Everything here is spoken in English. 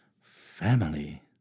Family